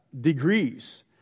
degrees